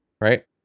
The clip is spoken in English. right